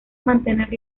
mantener